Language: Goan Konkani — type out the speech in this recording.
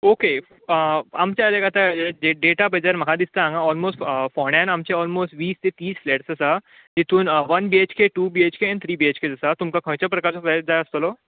ऑके आमच्या कडेन आतां डेटाबेजीचेर म्हाका दिसता हांगां ओलमोस्ट फोंड्यान हांगां आमचे ओलमोस्ट वीस ते तीस फ्लॅट्स आसा तितून one BHK two BHK and three BHK आसा तितून तुमकां खंयच्या प्रकारचो फ्लॅट जाय आसतलो